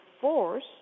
force